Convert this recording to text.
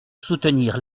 soutenir